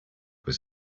was